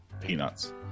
Peanuts